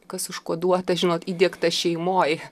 kas užkoduota žinot įdiegta šeimoj